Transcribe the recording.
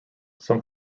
some